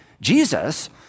Jesus